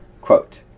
quote